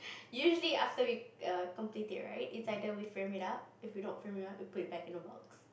usually after we err complete it right is either we frame it up if we don't frame it up we put it back in the box